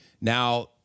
now